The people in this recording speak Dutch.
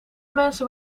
mensen